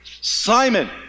Simon